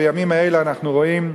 בימים אלה אנחנו רואים,